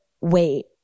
wait